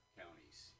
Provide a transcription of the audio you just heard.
counties